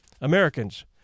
Americans